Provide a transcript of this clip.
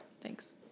Thanks